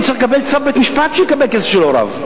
הוא צריך לקבל צו בית-משפט בשביל לקבל את הכסף של הוריו,